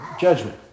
judgment